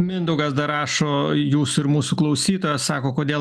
mindaugas dar rašo jūs ir mūsų klausytojas sako kodėl